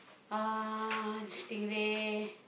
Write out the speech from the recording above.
ah stingray